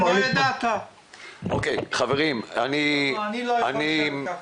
חברים, עוד דקה